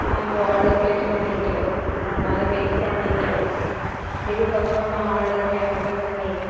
நான் இப்போது order place பண்ணிகிட்டு ஒன் ஹவர் வெயிட் பண்ணிகிட்டு இதுக்கு அப்புறம் நான் ஆடர் கேன்சல் பண்ணி